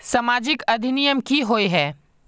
सामाजिक अधिनियम की होय है?